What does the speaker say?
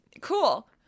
Cool